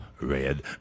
red